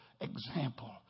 example